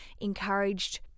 encouraged